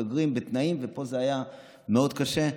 ופה זה היה מאוד קשה.